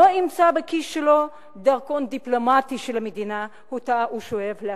לא יימצא בכיס שלו דרכון דיפלומטי של המדינה שאותה הוא שאף להשמיד.